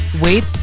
wait